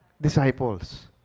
Disciples